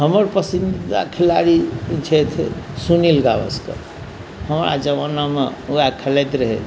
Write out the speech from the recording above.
हमर पसन्दीदा खेलाड़ी छथि सुनील गावस्कर हमरा जमानामे वएह खेलैत रहै